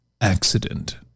accident